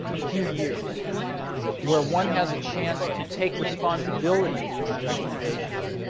a few years where one has a chance to take responsibility for one's recommendations,